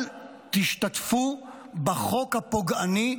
אל תשתתפו בחוק הפוגעני.